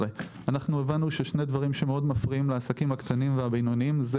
הבנו ששני דברים שמפריעים מאוד לעסקים הקטנים ובינוניים הם